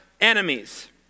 enemies